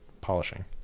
polishing